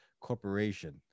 corporation